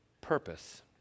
purpose